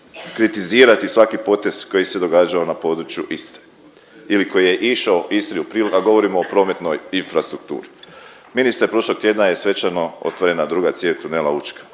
kritizirati svaki potez koji se događao na području Istre ili koji je išao Istri u prilog, a govorimo o prometnoj infrastrukturi. Ministre prošlog tjedna je svečano otvorena druga cijev tunela Učka.